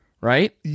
right